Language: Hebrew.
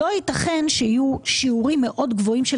שלא יתכן שיהיו שיעורים מאוד גבוהים של